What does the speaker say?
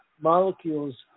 molecules